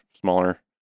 smaller